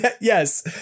Yes